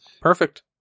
Perfect